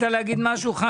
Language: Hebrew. להגיד משהו?